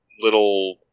little